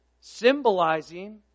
symbolizing